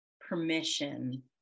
permission